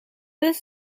this